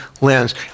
lens